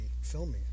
filming